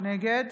נגד